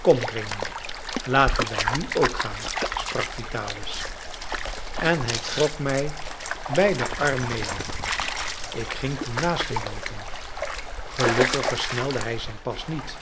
kom rémi laten wij nu ook gaan sprak vitalis en hij trok mij bij den arm mede ik ging toen naast hem loopen gelukkig versnelde hij zijn pas niet